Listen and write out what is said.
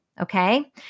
okay